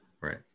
Right